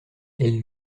elle